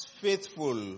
faithful